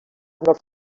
nord